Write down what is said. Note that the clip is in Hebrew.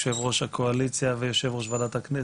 יושב-ראש הקואליציה ויושב-ראש ועדת הכנסת,